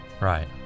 Right